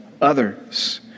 others